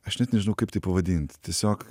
aš net nežinau kaip tai pavadint tiesiog